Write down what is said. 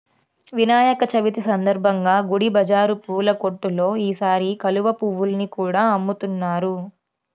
వినాయక చవితి సందర్భంగా గుడి బజారు పూల కొట్టుల్లో ఈసారి కలువ పువ్వుల్ని కూడా అమ్ముతున్నారు